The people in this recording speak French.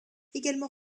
également